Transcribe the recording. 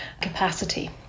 capacity